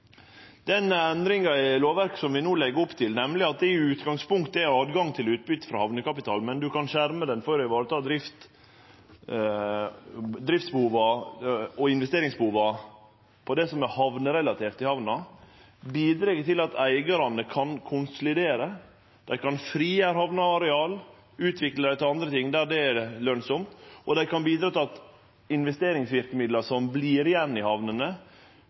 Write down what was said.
Den endringa i lovverket som vi no legg opp til, nemleg at det i utgangspunktet er tilgang til utbytte frå hamnekapital, men at ein kan skjerme det for å vareta driftsbehova og investeringsbehova på det som er relatert til hamna, bidreg til at eigarane kan konsolidere, dei kan frigjere hamneareal og utvikle det til andre ting der det er lønsamt, og dei kan bidra til at investeringsverkemidla som vert igjen i hamnene,